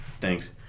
Thanks